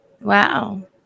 Wow